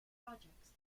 projects